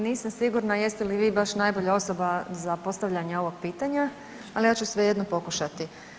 Nisam sigurna jeste li vi baš najbolja osoba za postavljanje ovog pitanja, ali ja ću svejedno pokušati.